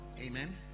Amen